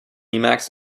emacs